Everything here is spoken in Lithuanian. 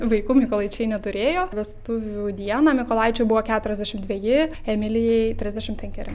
vaikų mykolaičiai neturėjo vestuvių dieną mykolaičiui buvo keturiasdešimt dveji emilijai trisdešimt penkeri